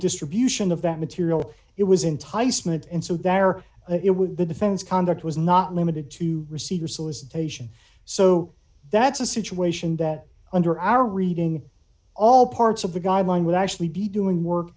distribution of that material it was enticement and so there it would the defense conduct was not limited to receive or solicitation so that's a situation that under our reading all parts of the guideline would actually be doing work